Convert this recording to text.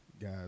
guys